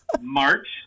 March